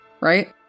right